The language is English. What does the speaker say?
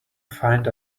find